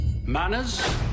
Manners